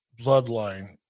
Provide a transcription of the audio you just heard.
Bloodline